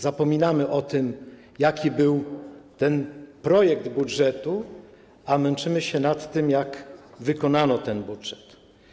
Zapominamy o tym, jaki był ten projekt budżetu, a męczymy się nad tym, jak wykonano ten budżet.